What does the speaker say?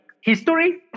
history